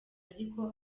ariko